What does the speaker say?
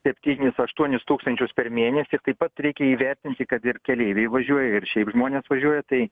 septynis aštuonis tūkstančius per mėnesį taip pat reikia įvertinti kad ir keleiviai važiuoja ir šiaip žmonės važiuoja tai